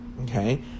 Okay